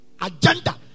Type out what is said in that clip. agenda